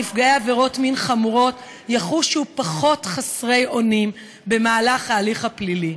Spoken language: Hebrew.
נפגעי עבירות מין חמורות יחושו פחות חסרי אונים במהלך ההליך הפלילי.